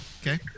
Okay